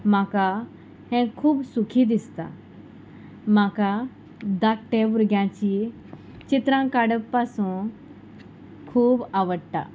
म्हाका हें खूब सुखी दिसता म्हाका धाकट्या भुरग्यांची चित्रां काडप पासून खूब आवडटा